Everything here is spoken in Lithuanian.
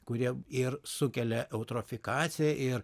kurie ir sukelia eutrofikaciją ir